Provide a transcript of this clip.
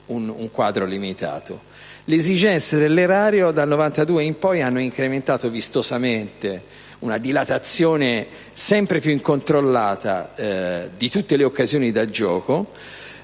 Le esigenze dell'erario dal 1992 in poi hanno incrementato vistosamente una dilatazione sempre più incontrollata delle occasioni da gioco